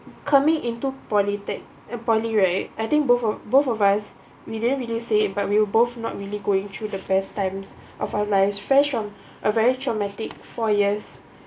coming into polytech~ in poly right I think both of both of us we didn't really say it but we were both not really going through the best times of our lives fresh from a very traumatic four years